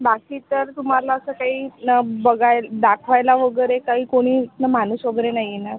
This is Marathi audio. बाकी तर तुम्हाला असं काही बघा दाखवायला वगैरे काही कोणी इथून माणूस वगैरे नाही येणार